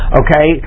okay